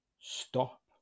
stop